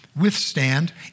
withstand